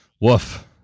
woof